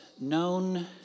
known